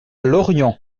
lorient